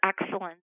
Excellence